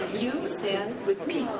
you stand with me,